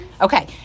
Okay